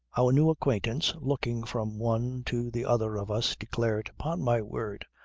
our new acquaintance looking from one to the other of us declared upon my word,